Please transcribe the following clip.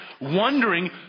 wondering